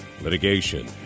litigation